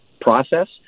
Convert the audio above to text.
process